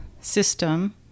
system